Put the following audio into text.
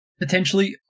Potentially